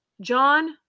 John